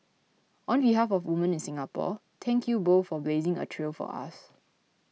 on behalf of woman in Singapore thank you both for blazing a trail for us